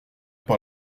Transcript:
par